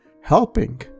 helping